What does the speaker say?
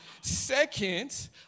second